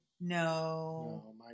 No